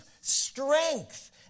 strength